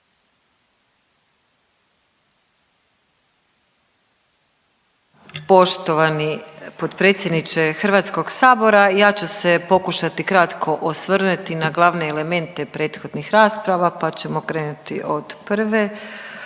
Poštovani potpredsjedniče HS-a, ja ću se pokušati kratko osvrnuti na glavne elemente prethodnih rasprava, pa ćemo krenuti od prve,